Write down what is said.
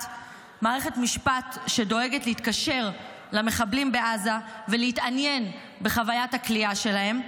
מערכת משפט שדואגת להתקשר למחבלים בעזה ולהתעניין בחוויית הכליאה שלהם,